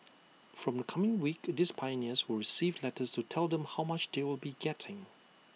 from the coming week these pioneers will receive letters to tell them how much they will be getting